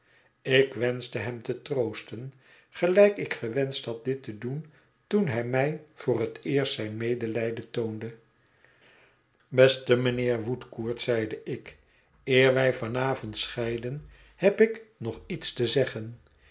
ik wenschte hem te troosten gelijk ik gewenscht had dit te doen toen hij mij voor het eerst zijn medelijden toonde beste mijnheer woodcourt zeide ik eer wij van avond scheiden heb ik nog iets te zeggen